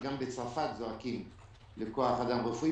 גם בצרפת זועקים לכוח אדם רפואי,